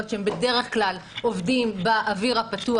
שהם בדרך כלל עובדים באוויר הפתוח.